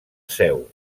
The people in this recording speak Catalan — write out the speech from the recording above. seu